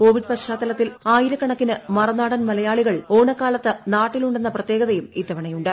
Covid പശ്ചാത്തലത്തിൽ ആയിരക്കണക്കിന് മറുനാടൻ മലയാളികൾ ഓണക്കാലത്ത് നാട്ടിലുണ്ടെന്ന പ്രത്യേകതയും ഇത്തവണയുണ്ട്